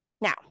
Now